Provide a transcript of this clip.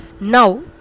Now